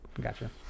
Gotcha